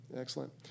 excellent